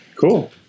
Cool